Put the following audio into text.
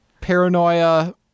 Paranoia